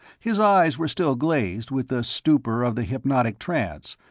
his eyes were still glazed with the stupor of the hypnotic trance,